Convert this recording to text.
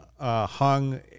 hung